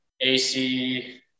AC